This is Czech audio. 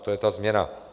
To je ta změna.